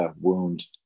wound